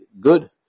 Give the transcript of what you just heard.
good